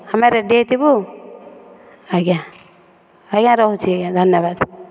ଆମେ ରେଡ଼ି ହୋଇଥିବୁ ଆଜ୍ଞା ଆଜ୍ଞା ରହୁଛି ଆଜ୍ଞା ଧନ୍ୟବାଦ